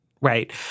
right